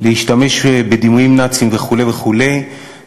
להשתמש בדימויים נאציים וכו' וכו';